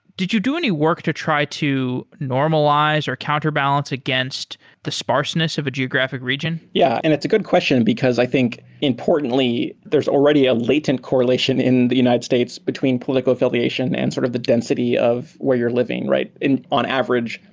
did you do any work to try to normalize or counterbalance against the sparseness of a geographic region? yeah, and it's a good question, because i think importantly there's already a latent correlation in the united states between political affiliation and sort of the density of where you're living, right? on average,